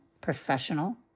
professional